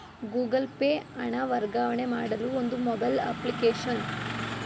Google Pay ಹಣ ವರ್ಗಾವಣೆ ಮಾಡುವ ಒಂದು ಮೊಬೈಲ್ ಅಪ್ಲಿಕೇಶನ್